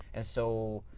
and so,